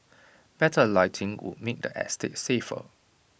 better lighting would make the estate safer